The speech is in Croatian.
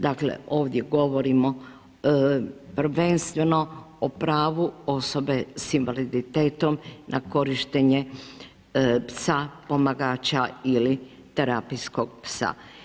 Dakle, ovdje govorimo prvenstveno o pravu osobe s invaliditetom na korištenje psa pomagača ili terapijskog psa.